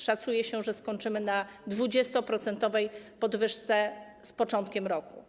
Szacuje się, że skończymy na 20-procentowej podwyżce z początkiem roku.